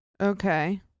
Okay